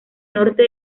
norte